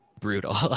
brutal